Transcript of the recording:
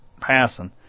passing